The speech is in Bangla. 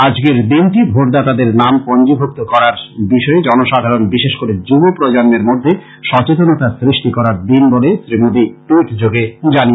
আজকের দিনটি ভোটদাতাদের নাম পঞ্জিভুক্ত করার বিষয়ে জনসাধারণ বিশেষ করে যুব প্রজন্মের মধ্যে সচেতনতা সৃষ্টি করার দিন বলে শ্রী মোদী ট্যুইটার যোগে জানান